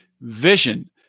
vision